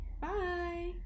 Bye